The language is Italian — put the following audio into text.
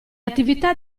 attività